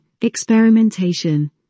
experimentation